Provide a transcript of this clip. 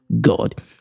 God